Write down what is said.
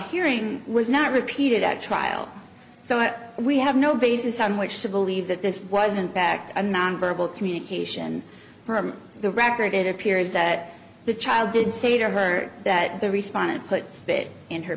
hearing was not repeated at trial so what we have no basis on which to believe that this wasn't back to nonverbal communication from the record it appears that the child did say to her that the respondent put spit in her